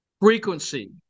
frequency